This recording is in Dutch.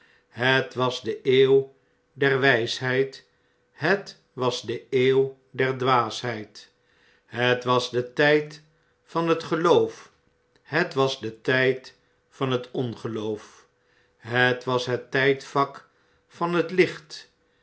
het was de eeuw der wijsheid het was de eeuw der dwaasheid het was de tijd van het geloof het was de tgd van het ongeloof het was het tijdvak van het licht